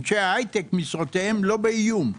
אנשי בהייטק משרותיהם לא באיום.